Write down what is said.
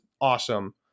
awesome